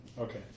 Okay